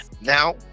Now